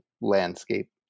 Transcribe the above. landscape